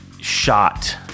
shot